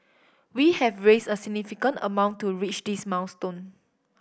we have raised a significant amount to reach this milestone